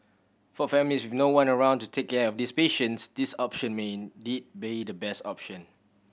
for families with no one around to take care of these patients this option may indeed be the best option